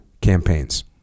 campaigns